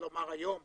לומר היום,